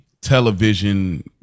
television